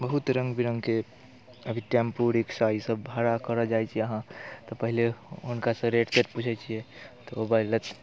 बहुत रङ्ग बिरङ्गके अभी टेम्पू रिक्शा ईसभ भाड़ा करय जाइत छी अहाँ तऽ पहिले हुनकासँ रेट तेट पूछैत छियै तऽ ओ बजलथि